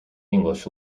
english